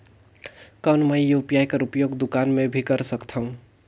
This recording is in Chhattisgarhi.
कौन मै यू.पी.आई कर उपयोग दुकान मे भी कर सकथव का?